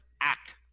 act